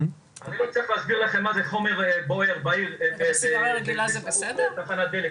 אני לא צריך להסביר לכם מה זה חומר בוער בתחנת דלק